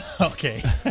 Okay